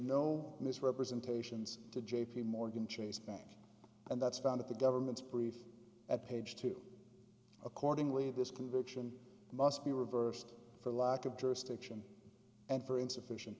no misrepresentations to j p morgan chase bank and that's found at the government's brief at page two accordingly this conviction must be reversed for lack of jurisdiction and for insufficient